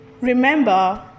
Remember